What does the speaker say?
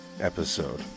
episode